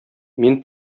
мин